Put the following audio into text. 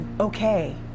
okay